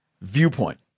viewpoint